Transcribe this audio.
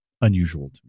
unusual